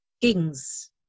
kings